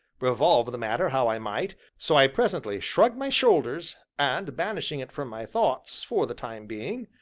revolve the matter how i might, so i presently shrugged my shoulders, and banishing it from my thoughts for the time being,